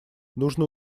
нужно